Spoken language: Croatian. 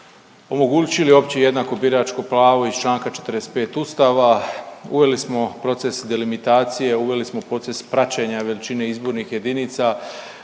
omogućili opće jednako biračko pravo iz Članka 45. Ustava, uveli smo proces delimitacije, uveli smo proces praćenja veličine izbornih jedinica